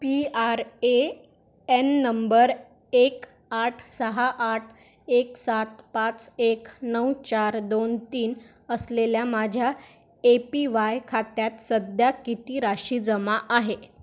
P R A N number एक आठ सहा आठ एक सात पाच एक नऊ चार दोन तीन असलेल्या माझ्या ए पी वाय खात्यात सध्या किती राशी जमा आहे